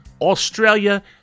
Australia